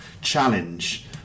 challenge